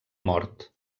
mort